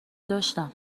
داشتم